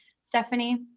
Stephanie